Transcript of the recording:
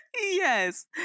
Yes